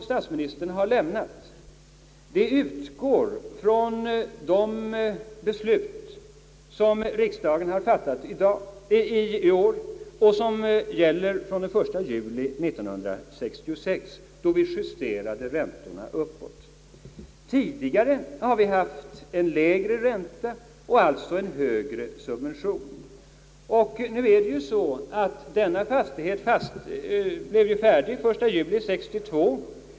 Statsministerns svar utgår från de beslut som riksdagen har fattat i år och som gäller från den 1 juli 1966, då räntorna justerades uppåt. Tidigare har vi haft en lägre ränta och alltså en högre subvention. Nu är det ju så att denna fastighet blev färdig den 1 juli 1962.